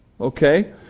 okay